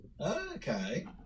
Okay